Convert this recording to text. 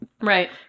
Right